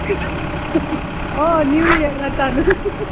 हय new year आतां चालू